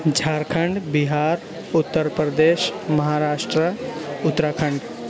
Jharkhand Bihar Uttar Pradesh Maharashtra Uttarakhand